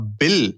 bill